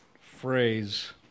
phrase